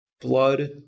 blood